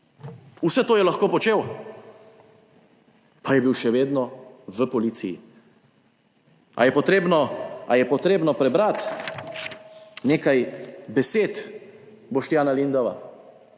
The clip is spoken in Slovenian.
Vse to je lahko počel, pa je bil še vedno v policiji. Ali je potrebno prebrati nekaj besed Boštjana Lindava,